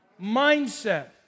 Mindset